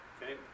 Okay